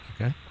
Okay